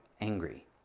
angry